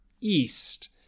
east